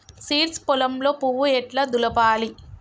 Seeds పొలంలో పువ్వు ఎట్లా దులపాలి?